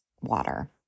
water